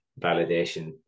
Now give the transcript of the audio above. validation